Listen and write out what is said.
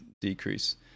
Decrease